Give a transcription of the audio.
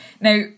Now